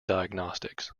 diagnostics